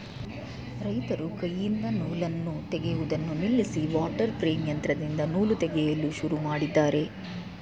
ರೈತರು ಕೈಯಿಂದ ನೂಲನ್ನು ತೆಗೆಯುವುದನ್ನು ನಿಲ್ಲಿಸಿ ವಾಟರ್ ಪ್ರೇಮ್ ಯಂತ್ರದಿಂದ ನೂಲು ತೆಗೆಯಲು ಶುರು ಮಾಡಿದ್ದಾರೆ